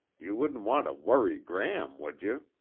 you wouldn't want to worry gram, would you?